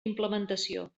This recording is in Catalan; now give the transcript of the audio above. implementació